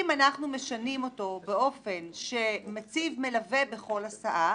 אם אנחנו משנים אותו באופן שמציב מלווה בכל הסעה,